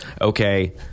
okay